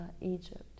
Egypt